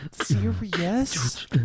serious